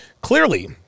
Clearly